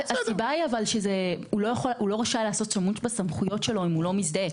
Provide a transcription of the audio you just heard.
הסיבה לכך היא שהוא לא רשאי לעשות שימוש בסמכויות שלו אם הוא לא מזדהה.